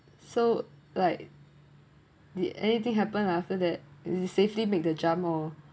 so like did anything happen after that you safely make the jump oh